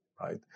right